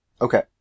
Okay